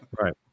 right